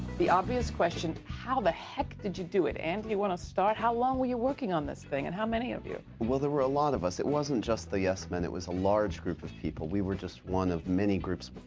the obvious question, how the heck did you do it? andy, you want to start? how long were you working on this thing, and how many of you? well, there were a lot of us. it wasn't just the yes men. it was a large group of people. we were just one of many groups.